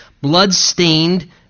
blood-stained